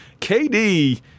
KD